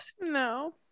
no